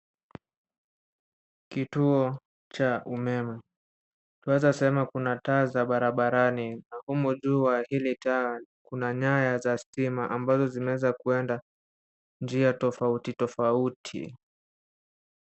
Kituo cha umeme. Tunaweza sema kuna taa za barabarani na humo juu wa hili taa kuna nyaya za stima ambazo zimeweza kuenda njia tofauti tofauti.